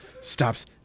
stops